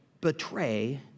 betray